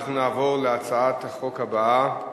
אנחנו נעבור להצעת החוק הבאה: